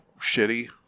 shitty